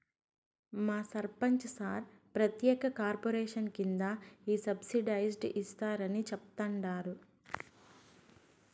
మా సర్పంచ్ సార్ ప్రత్యేక కార్పొరేషన్ కింద ఈ సబ్సిడైజ్డ్ ఇస్తారని చెప్తండారు